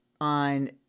on